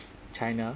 china